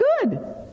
good